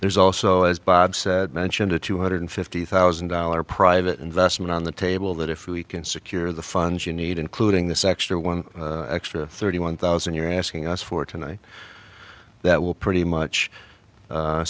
there's also as bob said mentioned a two hundred fifty thousand dollars private investment on the table that if we can secure the funds you need including this extra one extra thirty one thousand you're asking us for tonight that will pretty much